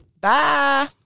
Bye